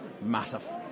massive